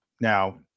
Now